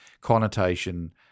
connotation